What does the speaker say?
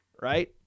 right